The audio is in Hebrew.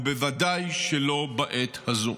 ובוודאי שלא בעת הזו.